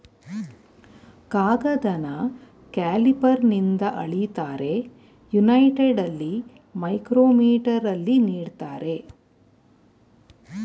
ಕಾಗದನ ಕ್ಯಾಲಿಪರ್ನಿಂದ ಅಳಿತಾರೆ, ಯುನೈಟೆಡಲ್ಲಿ ಮೈಕ್ರೋಮೀಟರಲ್ಲಿ ನೀಡ್ತಾರೆ